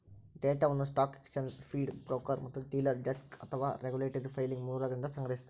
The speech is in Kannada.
ಡೇಟಾವನ್ನು ಸ್ಟಾಕ್ ಎಕ್ಸ್ಚೇಂಜ್ ಫೀಡ್ ಬ್ರೋಕರ್ ಮತ್ತು ಡೀಲರ್ ಡೆಸ್ಕ್ ಅಥವಾ ರೆಗ್ಯುಲೇಟರಿ ಫೈಲಿಂಗ್ ಮೂಲಗಳಿಂದ ಸಂಗ್ರಹಿಸ್ತಾರ